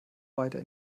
weiter